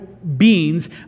Beings